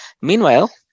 Meanwhile